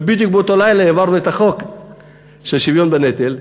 אבל בדיוק באותו לילה העברנו את החוק של שוויון בנטל.